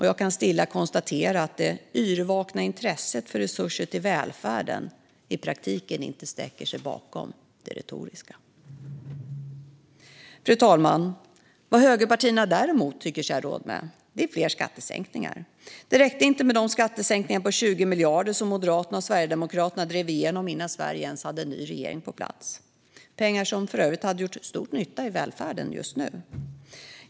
Jag kan stilla konstatera att det yrvakna intresset för resurser till välfärden i praktiken inte sträcker sig bakom det retoriska. Fru talman! Vad högerpartierna däremot tycker sig ha råd med är fler skattesänkningar. Det räckte inte med de skattesänkningar på 20 miljarder som Moderaterna och Sverigedemokraterna drev igenom innan Sverige ens hade en ny regering på plats, pengar som för övrigt hade gjort stor nytta i välfärden just nu.